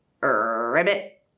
ribbit